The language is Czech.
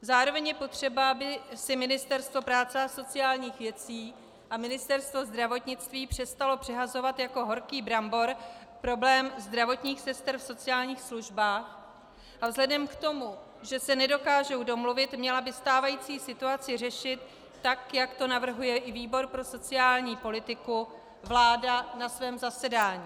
Zároveň je potřeba, aby si Ministerstvo práce a sociálních věcí a Ministerstvo zdravotnictví přestaly přehazovat jako horký brambor problém zdravotních sester v sociálních službách, a vzhledem k tomu, že se nedokážou domluvit, měla by stávající situaci řešit, tak jak to navrhuje výbor pro sociální politiku, vláda na svém zasedání.